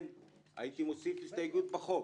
הייתי מוסיף הסתייגות בחוק,